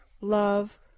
love